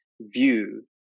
view